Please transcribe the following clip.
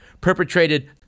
perpetrated